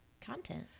content